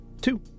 Two